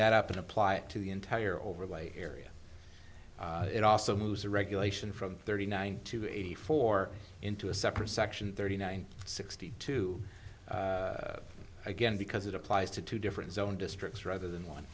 that up and apply it to the entire overlay area it also moves a regulation from thirty nine to eighty four into a separate section thirty nine sixty two again because it applies to two different zone districts rather than one